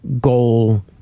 goal